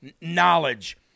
knowledge